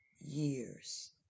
Years